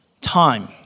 time